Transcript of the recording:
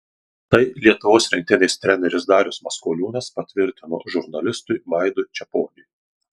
tai lietuvos rinktinės treneris darius maskoliūnas patvirtino žurnalistui vaidui čeponiui